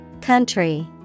Country